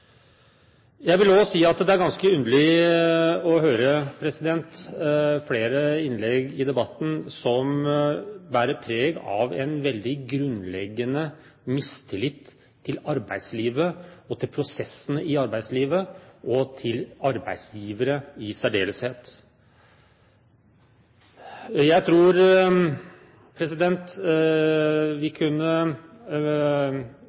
Jeg vil også si at det er ganske underlig å høre flere innlegg i debatten som bærer preg av en veldig grunnleggende mistillit til arbeidslivet, til prosessene i arbeidslivet og til arbeidsgivere i særdeleshet. Jeg tror vi